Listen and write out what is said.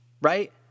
right